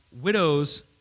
widows